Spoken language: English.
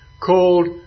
called